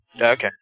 Okay